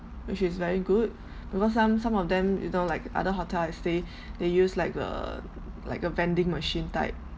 which is very good because some some of them you know like other hotel I stay they use like a like a vending machine type